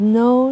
no